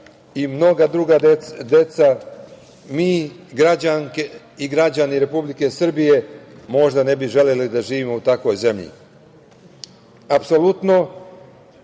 i mnoga druga deca, mi građani i građanke Republike Srbije možda ne bi želeli da živimo o takvoj zemlji. Apsolutno,